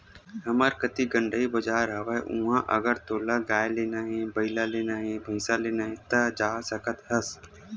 हमर कती गंड़ई बजार हवय उहाँ अगर तोला गाय लेना हे, बइला लेना हे, भइसा लेना हे ता जा सकत हस